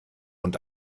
und